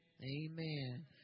amen